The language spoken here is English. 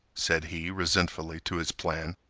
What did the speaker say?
said he resentfully to his plan.